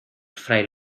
fray